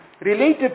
related